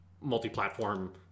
multi-platform